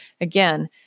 Again